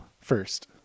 first